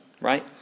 right